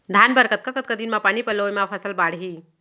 धान बर कतका कतका दिन म पानी पलोय म फसल बाड़ही?